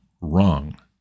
wrong